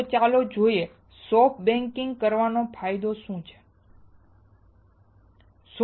તો ચાલો જોઈએ સોફ્ટ બેકિંગ કરવાનો ફાયદો શું છે